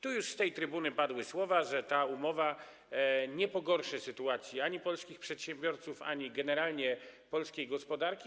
Tu już z tej trybuny padły słowa, że ta umowa nie pogorszy sytuacji ani polskich przedsiębiorców, ani generalnie polskiej gospodarki.